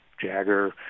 jagger